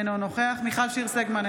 אינו נוכח מיכל שיר סגמן,